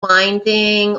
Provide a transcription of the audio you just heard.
winding